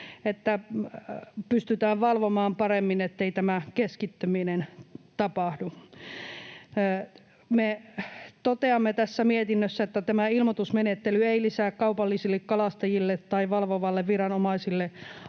että pystytään valvomaan paremmin, ettei tämä keskittyminen tapahdu. Me toteamme tässä mietinnössä, että tämä ilmoitusmenettely ei lisää kaupallisille kalastajille tai valvovalle viranomaiselle aiheutuvaa